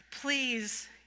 please